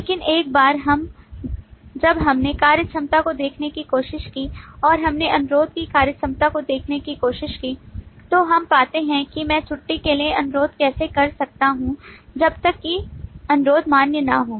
लेकिन एक बार जब हमने कार्यक्षमता को देखने की कोशिश की और हमने अनुरोध की कार्यक्षमता को देखने की कोशिश की तो हम पाते हैं कि मैं छुट्टी के लिए अनुरोध कैसे कर सकता हूं जब तक कि अनुरोध मान्य न हो